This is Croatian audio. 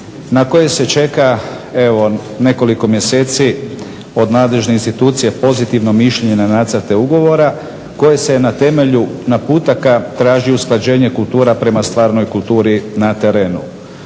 na koje se čeka nekoliko mjeseci od nadležne institucije pozitivno mišljenje na nacrte ugovora koje se na temelju naputaka traži usklađenje kultura prema stvarnoj kulturi na terenu.